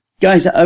Guys